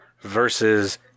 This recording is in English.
versus